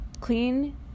clean